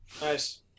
Nice